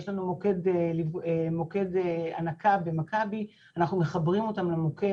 יש לנו מוקד הנקה במכבי ואנחנו מחברים אותן למוקד,